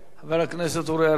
חבר הכנסת אורי אריאל, לא נמצא.